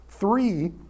Three